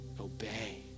obey